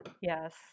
yes